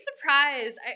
surprised